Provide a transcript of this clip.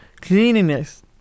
cleanliness